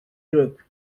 group